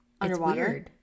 Underwater